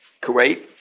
Kuwait